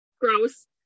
gross